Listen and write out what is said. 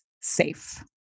safe